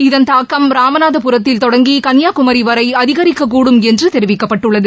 இதன் தாக்கம் ராமநாதபுரத்தில் தொடங்கி கன்னியாகுமி வரை அதிகிக்கக்கூடும் என்று தெரிவிக்கப்பட்டுள்ளது